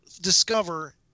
discover